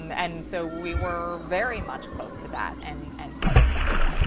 and so we were very much close to that and and part of that.